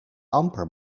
amper